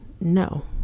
no